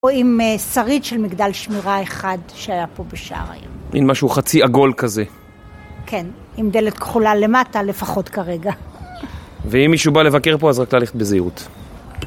פה עם שריד של מגדל שמירה אחד שהיה פה בשעריים. מעיין משהו חצי עגול כזה כן, עם דלת כחולה למטה לפחות כרגע. ואם מישהו בא לבקר פה אז רק ללכת בזהירות